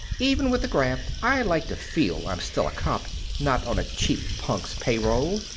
even with the graft i like to feel i'm still a cop. not on a cheap punk's payroll.